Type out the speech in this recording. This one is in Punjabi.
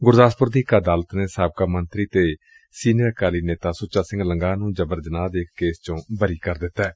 ਗੁਰਦਾਸਪੁਰ ਦੀ ਇਕ ਅਦਾਲਤ ਨੇ ਸਾਬਕਾ ਮੰਤਰੀ ਅਤੇ ਸੀਨੀਅਰ ਅਕਾਲੀ ਨੇਤਾ ਸੁੱਚਾ ਸਿੰਘ ਲੰਗਾਹ ਨੂੰ ਜਬਰ ਜਨਾਹ ਦੇ ਇਕ ਕੇਸ ਚੋ ਬਰੀ ਕਰ ਦਿੱਤੈ